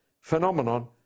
phenomenon